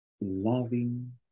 loving